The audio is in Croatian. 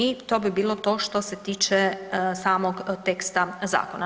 I to bi bilo to što se tiče samog teksta zakona.